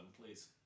please